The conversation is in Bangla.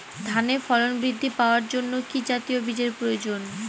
ধানে ফলন বৃদ্ধি পাওয়ার জন্য কি জাতীয় বীজের প্রয়োজন?